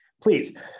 please